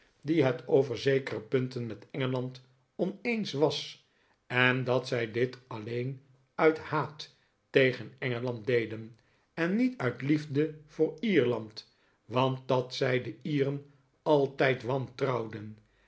die het over zekere punten met engeland oneens was en dat zij dit alleen uit haat tegan engeland deden en niet uit liefde voor ierland want dat zij de ieren altijd wantrouwden